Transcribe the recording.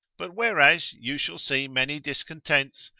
but whereas you shall see many discontents,